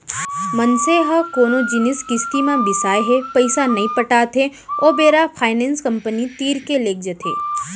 मनसे ह कोनो जिनिस किस्ती म बिसाय हे पइसा नइ पटात हे ओ बेरा फायनेंस कंपनी तीर के लेग जाथे